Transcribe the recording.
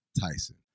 Tyson